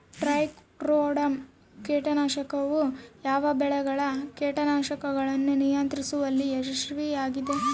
Trichoderma ಕೇಟನಾಶಕವು ಯಾವ ಬೆಳೆಗಳ ಕೇಟಗಳನ್ನು ನಿಯಂತ್ರಿಸುವಲ್ಲಿ ಯಶಸ್ವಿಯಾಗಿದೆ?